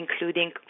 including